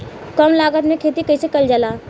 कम लागत में खेती कइसे कइल जाला?